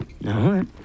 no